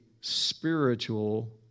spiritual